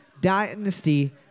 dynasty